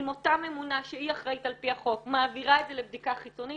אם אותה ממונה שהיא אחראית על פי החוק מעבירה את זה לבדיקה חיצונית